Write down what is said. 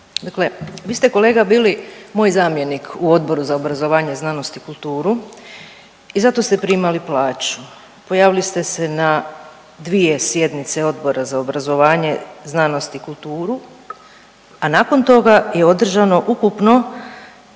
dakle vi ste kolega bili moj zamjenik u Odboru za obrazovanje, znanost i kulturu i zato ste primali plaću, pojavili ste se na dvije sjednice Odbora za obrazovanje, znanost i kulturu, a nakon toga je održano ukupno